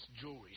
Jewelry